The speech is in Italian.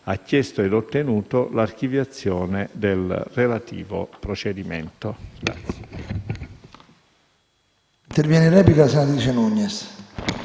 ha chiesto ed ottenuto l'archiviazione del relativo procedimento.